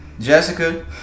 Jessica